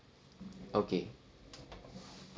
okay